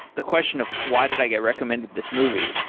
the question of why did i get recommended this movie?